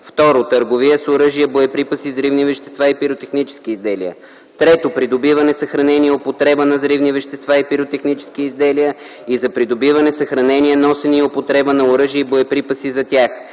2. търговия с оръжия, боеприпаси, взривни вещества и пиротехнически изделия; 3. придобиване, съхранение и употреба на взривни вещества и пиротехнически изделия и за придобиване, съхранение, носене и употреба на оръжия и боеприпаси за тях;